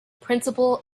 principle